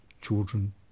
children